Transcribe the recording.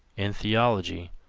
in theology,